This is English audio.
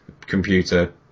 computer